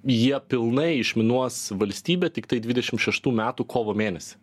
jie pilnai išminuos valstybę tiktai dvidešim šeštų metų kovo mėnesį